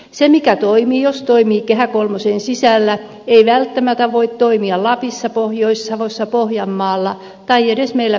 se mikä toimii jos toimii kehä kolmosen sisällä ei välttämättä toimi lapissa pohjois savossa pohjanmaalla tai edes meillä pirkanmaalla